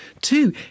Two